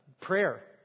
Prayer